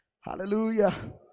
Hallelujah